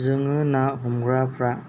जोङो ना हमग्राफ्रा